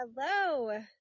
hello